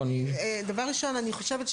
הוא נמצא,